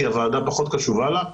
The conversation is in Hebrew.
כי הוועדה פחות קשובה לה,